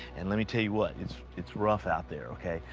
and let me tell you what it's it's rough out there, okay?